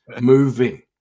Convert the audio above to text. moving